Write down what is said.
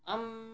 ᱟᱢ